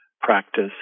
practice